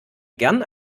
gern